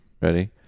Ready